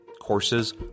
Courses